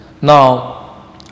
now